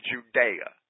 Judea